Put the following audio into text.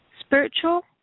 Spiritual